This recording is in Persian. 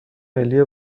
ملی